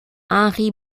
henri